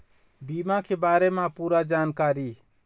बीमा के बारे म पूरा जानकारी?